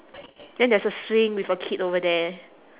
then there's a swing with a kid over there